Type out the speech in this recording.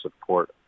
support